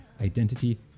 identity